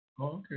Okay